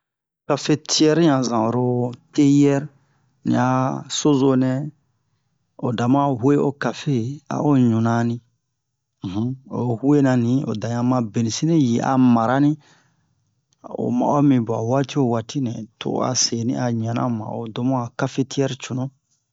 Kafetiɛri han zan oro teyɛri ni a so zonɛ o dama uwe o kafe a'o ɲuna ni oyi huwena ni o da yan ma beni si ni yi a mara ni o ma'o mi bwa waati o waati nɛ to o a seni a ɲana o ma'o don mu'a kafetiɛri cunu